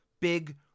big